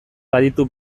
baditu